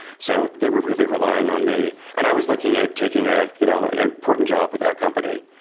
so they were really relying on me, and i was looking at taking ah you know an important job with that company.